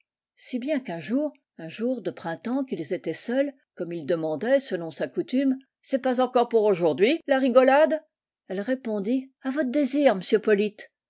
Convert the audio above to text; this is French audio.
si bien qu'un jour un jour de printemps qu'ils étaient seuls comme il demandait selon sa coutume c'est pas encore pour aujourd'hui la rigolade elle répondit a vot désir m'sieu polyte